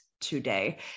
today